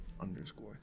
underscore